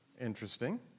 Interesting